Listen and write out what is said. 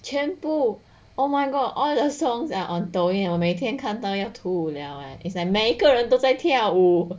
全部 oh my god of all the songs are antoine 我每天看都要吐 liao leh is like 每个人都在跳舞